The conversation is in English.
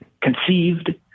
conceived